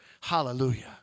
Hallelujah